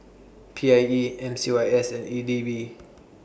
P I E M C Y S and E D B